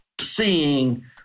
seeing